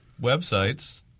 websites